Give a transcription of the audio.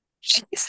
Jesus